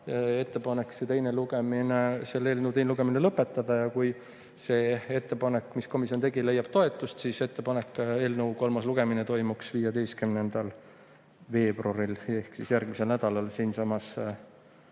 ettepaneku selle eelnõu teine lugemine lõpetada. Ja kui see ettepanek, mis komisjon tegi, leiab toetust, siis on ettepanek, et eelnõu kolmas lugemine toimuks 15. veebruaril ehk järgmisel nädalal siinsamas